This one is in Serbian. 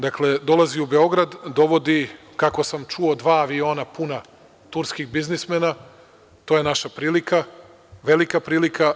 Dolazi u Beograd, dovodi kako sam čuo dva aviona puna turskih biznismena, to je naša prilika, velika prilika.